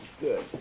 Good